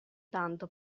tanto